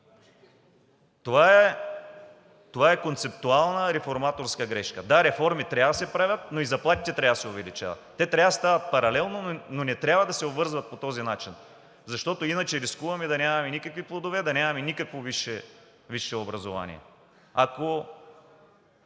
Това е концептуална реформаторска грешка. Да, реформи трябва да се правят, но и заплатите трябва да се увеличават. Те трябва да стават паралелно, но не трябва да се обвързват по този начин, защото иначе рискуваме да нямаме никакви плодове, да нямаме никакво висше образование, ако